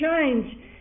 change